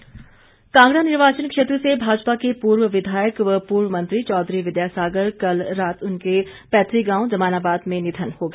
निधन कांगड़ा निर्वाचन क्षेत्र से भाजपा के पूर्व विधायक व पूर्व मंत्री चौधरी विद्यासागर का कल रात उनके पैतक गांव जमानाबाद में निधन हो गया